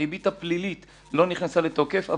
הריבית הפלילית לא נכנסה לתוקף,